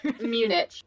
Munich